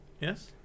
Yes